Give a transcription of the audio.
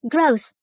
Gross